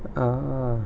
ah